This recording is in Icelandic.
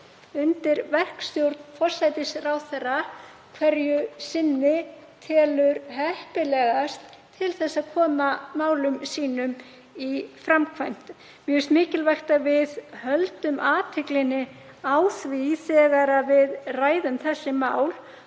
undir verkstjórn forsætisráðherra hverju sinni, telur heppilegast til að koma málum sínum í framkvæmd. Mér finnst mikilvægt að við höldum athyglinni á því þegar við ræðum þessi mál